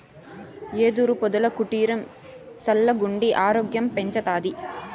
యెదురు పొదల కుటీరం సల్లగుండి ఆరోగ్యం పెంచతాది